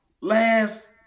last